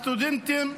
הסטודנטים,